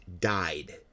died